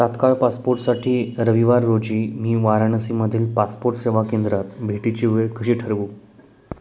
तात्काळ पासपोर्टसाठी रविवार रोजी मी वाराणसीमधील पासपोर्ट सेवा केंद्रात भेटीची वेळ कशी ठरवू